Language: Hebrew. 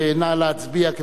נא להצביע,